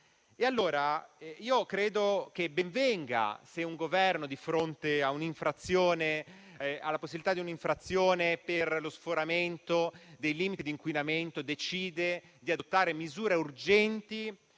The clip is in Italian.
credo che ben venga se un Governo, di fronte alla possibilità di un'infrazione per lo sforamento dei limiti di inquinamento, decide di adottare misure urgenti